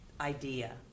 idea